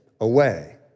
away